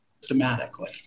systematically